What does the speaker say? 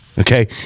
Okay